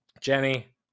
Jenny